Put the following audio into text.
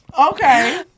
Okay